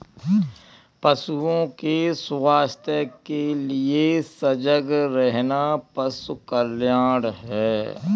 पशुओं के स्वास्थ्य के लिए सजग रहना पशु कल्याण है